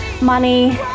money